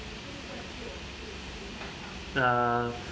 uh